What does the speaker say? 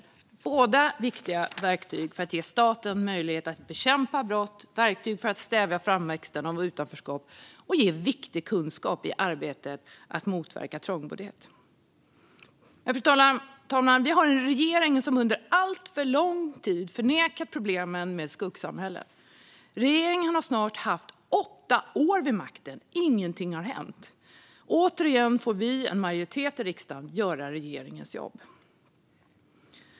Det är båda viktiga verktyg för att ge staten möjlighet att bekämpa brott, verktyg för att stävja framväxten av utanförskap och ge viktig kunskap i arbetet med att motverka trångboddhet. Fru talman! Vi har en regering som under alltför lång tid förnekat problemen med skuggsamhällen. Regeringen har snart haft åtta år vid makten, och ingenting har hänt. Återigen får vi, en majoritet i riksdagen, göra regeringens jobb.